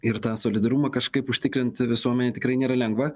ir tą solidarumą kažkaip užtikrint visuomenėj tikrai nėra lengva